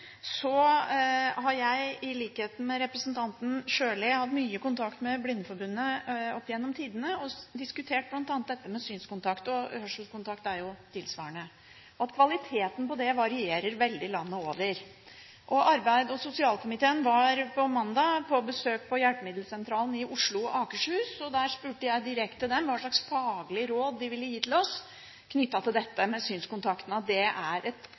har jeg i likhet med representanten Sjøli hatt mye kontakt med Blindeforbundet opp gjennom tidene, og jeg har bl.a. diskutert dette med synskontakt – og hørselskontakt er jo tilsvarende – og at kvaliteten varierer veldig landet over. Arbeids- og sosialkomiteen var på mandag på besøk på hjelpemiddelsentralen i Oslo og Akershus. Der spurte jeg dem direkte om hva slags faglige råd de ville gi oss knyttet til at synskontakten er et sårbart punkt i dette